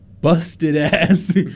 busted-ass